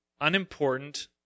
unimportant